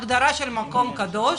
הגדרה של מקום קדוש,